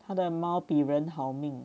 他的猫比人好命